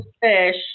fish